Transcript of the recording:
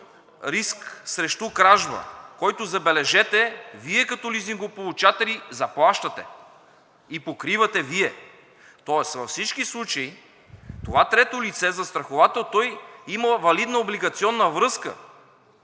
„риск срещу кражба“. Който, забележете, Вие като лизингополучатели заплащате и покривате Вие, тоест във всички случаи това трето лице застраховател има валидна облигационна връзка